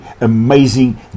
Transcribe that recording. amazing